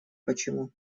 почему